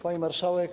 Pani Marszałek!